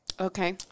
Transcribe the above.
Okay